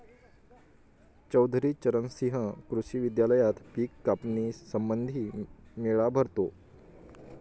चौधरी चरण सिंह कृषी विद्यालयात पिक कापणी संबंधी मेळा भरतो